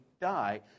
die